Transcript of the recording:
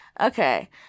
Okay